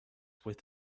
with